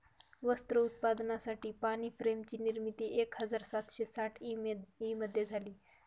वस्त्र उत्पादनासाठी पाणी फ्रेम ची निर्मिती एक हजार सातशे साठ ई मध्ये झाली